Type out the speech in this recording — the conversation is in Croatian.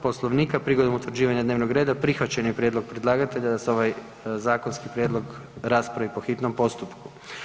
Poslovnika prigodom utvrđivanja dnevnog reda prihvaćen je prijedlog predlagatelja da se ovaj zakonski prijedlog raspravi po hitnom postupku.